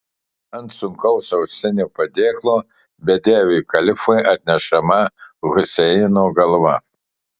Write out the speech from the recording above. ant sunkaus auksinio padėklo bedieviui kalifui atnešama huseino galva